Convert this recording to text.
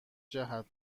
جهت